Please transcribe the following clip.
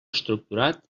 estructurat